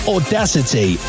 Audacity